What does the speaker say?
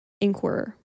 Inquirer